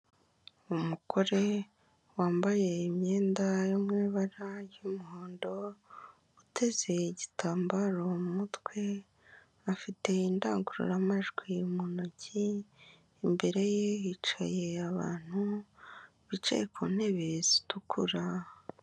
Umugore wambaye imyenda yo mu ibara ry'umuhondo, uteze igitambaro mu mutwe, afite indangururamajwi mu ntoki, imbere ye hicaye abantu bicaye ku ntebe zitukura.